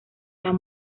las